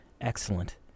Excellent